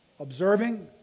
observing